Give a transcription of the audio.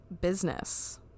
business